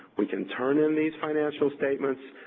we can turn in these financial statements,